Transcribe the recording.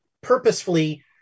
purposefully